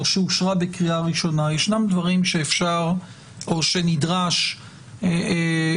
שאושרה בקריאה ראשונה ישנם דברים שאפשר או נדרש לשפר,